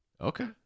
Okay